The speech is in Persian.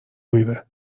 میره